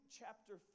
chapter